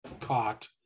caught